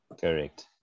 correct